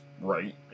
right